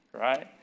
right